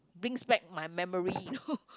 brings back my memory